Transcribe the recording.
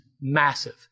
massive